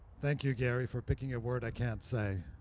thank you, gary, for picking a word i can't say.